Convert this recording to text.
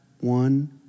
one